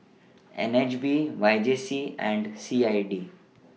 N H B Y J C and C I D